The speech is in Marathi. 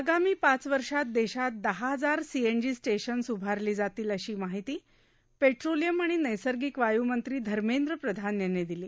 आगामी पाच वर्षात देशात दहा हजार सीएनजी स्टेशन उभारली जातील अशी माहिती पेट्रोलियम आणि नैसर्गिक वायुनंत्री धमेंद्र प्रधान यांनी दिली